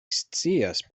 scias